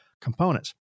components